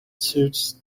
suits